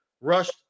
rushed